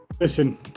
listen